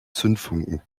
zündfunken